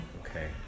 Okay